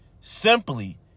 simply